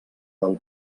del